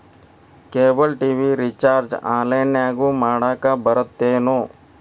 cable TV recharge ಆನ್ಲೈನ್ನ್ಯಾಗು ಮಾಡಕ ಬರತ್ತೇನು